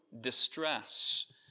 distress